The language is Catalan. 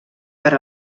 per